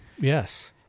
Yes